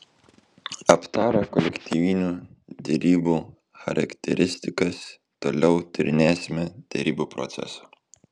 aptarę kolektyvinių derybų charakteristikas toliau tyrinėsime derybų procesą